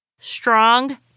strong